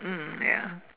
mm ya